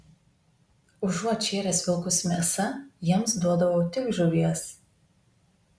užuot šėręs vilkus mėsa jiems duodavau tik žuvies